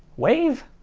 wave?